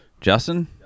Justin